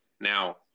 now